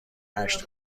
هشت